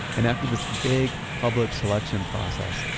and after this big public selection process,